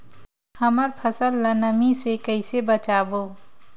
हमर फसल ल नमी से क ई से बचाबो?